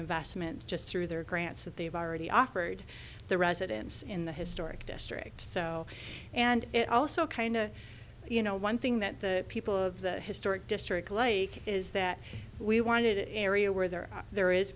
investment just through their grants that they've already offered the residents in the historic district so and it also kind of you know one thing that the people of the historic district like is that we wanted it area where there there is